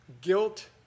guilt